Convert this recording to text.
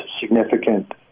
significant